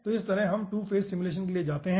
तो इस तरह हम 2 फेज सिमुलेशन के लिए जाते हैं